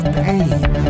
pain